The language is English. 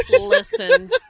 Listen